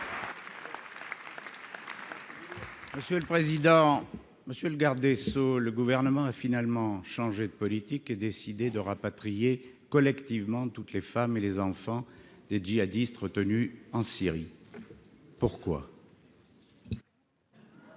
Monsieur le président, monsieur le garde des Sceaux, le gouvernement a finalement changé de politique et décidé de rapatrier collectivement toutes les femmes et les enfants de djihadistes retenus en Syrie pourquoi.